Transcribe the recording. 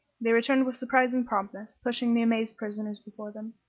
they returned with surprising promptness, pushing the amazed prisoners before them.